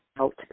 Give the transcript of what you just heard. out